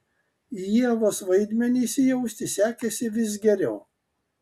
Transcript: į ievos vaidmenį įsijausti sekėsi vis geriau